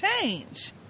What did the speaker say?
change